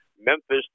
Memphis